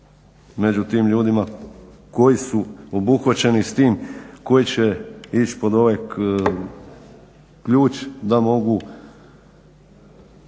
među tim ljudima koji su obuhvaćeni s tim koji će ići pod ovaj ključ da mogu